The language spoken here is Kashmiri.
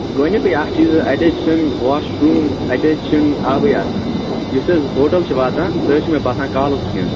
گۄڈنِکُے اَکھ چیٖز اَتہِ حظ چھِنہٕ واش روٗم اَتہِ حظ چھِنہٕ آبٕے آسان یُس حظ ہوٹَل چھُ واتان سُہ حظ چھِ مےٚ باسان کالُک کھٮ۪ن